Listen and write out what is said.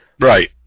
Right